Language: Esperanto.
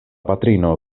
patrino